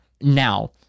now